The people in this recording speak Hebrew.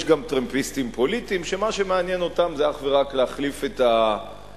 יש גם טרמפיסטים פוליטיים שמה שמעניין אותם זה אך ורק להחליף את השלטון,